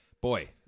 boy